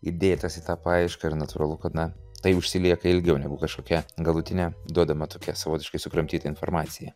įdėtas į tą paiešką ir natūralu kad na tai užsilieka ilgiau negu kažkokia galutinė duodama tokia savotiškai sukramtyta informacija